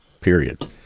period